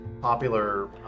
popular